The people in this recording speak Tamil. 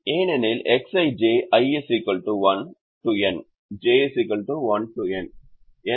N சதுர முடிவு மாறிகள் உள்ளன ஏனெனில் Xij i 1 to n j 1 to n